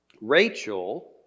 Rachel